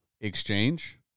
exchange